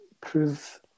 prove